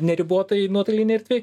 neribotai nuotolinėj erdvėj